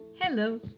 Hello